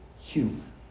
human